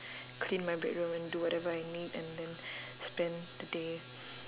clean my bedroom and do whatever I need and then spend the day